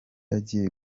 agiye